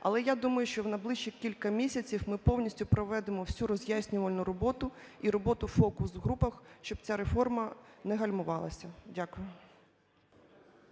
Але я думаю, що в найближчі кілька місяців ми повністю проведемо всю роз'яснювальну роботу і роботу в фокус-групах, щоб ця реформа не гальмувалася. Дякую.